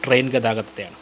train ഗതാഗതത്തെയാണ്